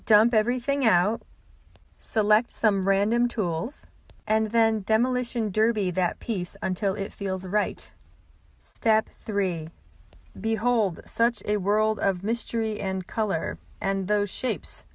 dump everything out select some random tools and then demolition derby that piece until it feels right step three behold such a world of mystery and color and those shapes